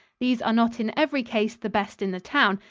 these are not in every case the best in the town,